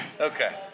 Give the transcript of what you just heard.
Okay